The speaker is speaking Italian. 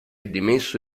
dimesso